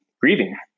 grieving